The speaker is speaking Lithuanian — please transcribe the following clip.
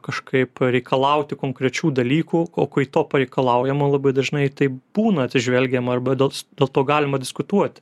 kažkaip reikalauti konkrečių dalykų ko kui to pareikalaujama labai dažnai taip būna atsižvelgiama arba dėls dėl to galima diskutuoti